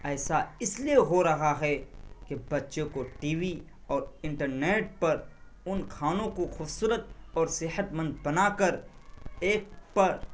ایسا اس لیے ہو رہا ہے کہ بچوں کو ٹی وی اور انٹرنیٹ پر ان کھانوں کو خوبصورت اور صحت مند بنا کر ایپ پر